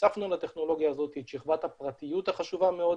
הוספנו לטכנולוגיה הזאת את שכבת הפרטיות החשובה מאוד,